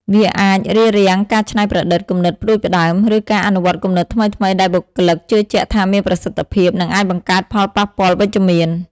វាអាចរារាំងការច្នៃប្រឌិត គំនិតផ្តួចផ្តើម ឬការអនុវត្តគំនិតថ្មីៗដែលបុគ្គលិកជឿជាក់ថាមានប្រសិទ្ធភាព និងអាចបង្កើតផលប៉ះពាល់វិជ្ជមាន។